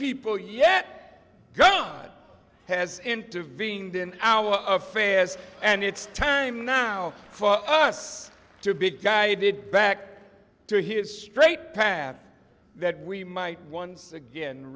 people yet god has intervened in our affairs and it's time now for us to big guide it back to his straight path that we might once again